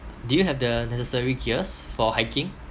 do you have the necessary gears for hiking